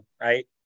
right